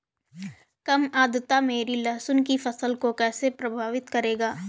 कम आर्द्रता मेरी लहसुन की फसल को कैसे प्रभावित करेगा?